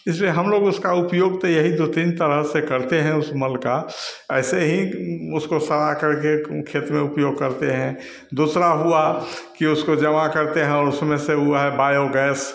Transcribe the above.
इसलिए हमलोग उसका उपयोग तो यही दो तीन तरह से करते हैं उस मल का ऐसे ही उसको सड़ा करके खेत में उपयोग करते हैं दूसरा हुआ कि उसको जमा करते हैं उसमें से हुआ है बायोगैस